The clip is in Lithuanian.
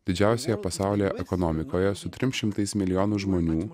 didžiausioje pasaulio ekonomikoje su trim šimtais milijonų žmonių